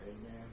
Amen